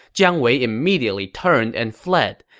jiang wei immediately turned and fled,